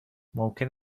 ممکن